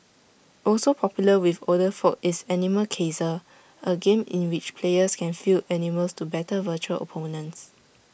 also popular with older folk is animal Kaiser A game in which players can field animals to battle virtual opponents